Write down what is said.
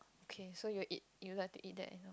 okay so you eat you like to eat that